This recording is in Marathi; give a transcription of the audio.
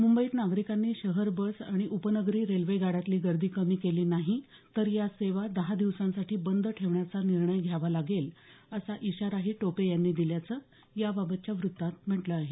मुंबईत नागरिकांनी शहर बस आणि उपनगरी रेल्वेगाड्यांतली गर्दी कमी केली नाही तर या सेवा दहा दिवसांसाठी बंद ठेवण्याचा निर्णय घ्यावा लागेल असा इशाराही टोपे यांनी दिल्याचं याबाबतच्या वृत्तात म्हटलं आहे